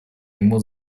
ему